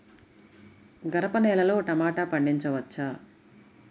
గరపనేలలో టమాటా పండించవచ్చా?